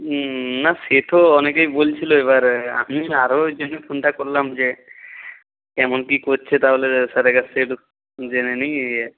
হুম না সে তো অনেকেই বলছিলো এবার আমি আরও ওই জন্যই ফোনটা করলাম যে কেমন কী করছে তাহলে স্যারের কাছ থেকে জেনে নিই ইয়ে